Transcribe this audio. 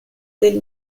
del